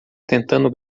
tentando